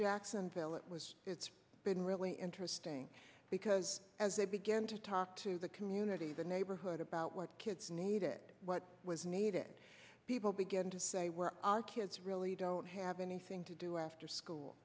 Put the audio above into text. jacksonville it was it's been really interesting because as they begin to talk to the community the neighborhood about what kids need it what was needed people begin to say were kids really don't have anything to do after